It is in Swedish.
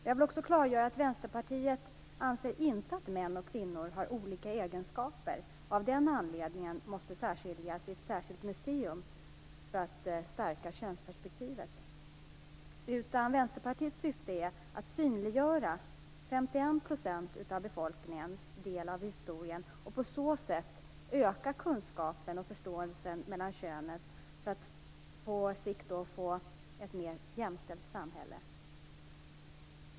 Jag vill också klargöra att Vänsterpartiet inte anser att män och kvinnor har olika egenskaper och att de av den anledningen måste skiljas åt i särskilda museer för att stärka könsperspektivet. Vänsterpartiets syfte är att synliggöra den del som 51 % av befolkningen har av historien och på så sätt öka kunskapen och förståelsen mellan könen för att på sikt få ett mer jämställt samhälle.